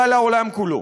ועל העולם כולו.